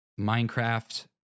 Minecraft